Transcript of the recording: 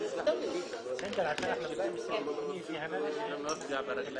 היוזמה של היום הזה ולברך את